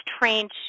trained